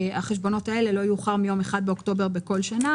הללו לא יאוחר מיום 1 באוקטובר בכל שנה,